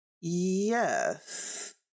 yes